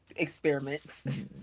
experiments